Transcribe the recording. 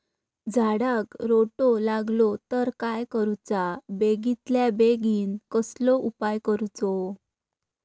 झाडाक रोटो लागलो तर काय करुचा बेगितल्या बेगीन कसलो उपाय करूचो?